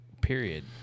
period